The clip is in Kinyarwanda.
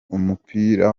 umupira